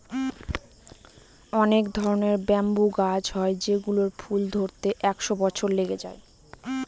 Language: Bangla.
অনেক ধরনের ব্যাম্বু গাছ হয় যেগুলোর ফুল ধরতে একশো বছর লেগে যায়